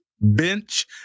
Bench